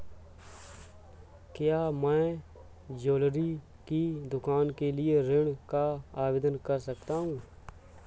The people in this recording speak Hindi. क्या मैं ज्वैलरी की दुकान के लिए ऋण का आवेदन कर सकता हूँ?